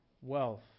Wealth